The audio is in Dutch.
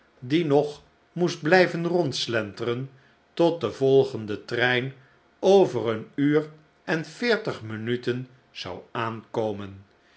die nog moest blijven rondslenteren tot de volgende trein over een uur en veertig minuten zou aankomen